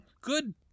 good